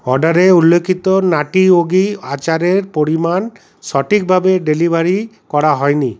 অর্ডারে উল্লিখিত নাটি যোগি আচারের পরিমাণ সঠিকভাবে ডেলিভারি করা হয়নি